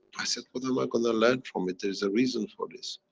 i said, what am i gonna learn from it, there is a reason for this?